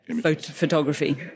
photography